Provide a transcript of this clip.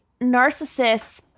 narcissists